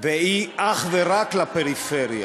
והיא אך ורק לפריפריה.